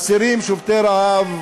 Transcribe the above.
אסירים שובתי רעב,